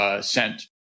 Sent